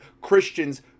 Christians